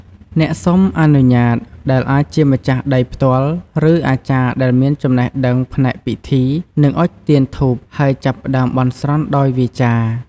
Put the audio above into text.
អ្នកសុំអនុញ្ញាត ដែលអាចជាម្ចាស់ដីផ្ទាល់ ឬអាចារ្យដែលមានចំណេះដឹងផ្នែកពិធី នឹងអុជទៀនធូប ហើយចាប់ផ្តើមបន់ស្រន់ដោយវាចា។